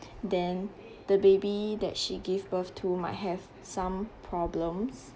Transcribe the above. then the baby that she gave birth to might have some problems